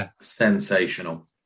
sensational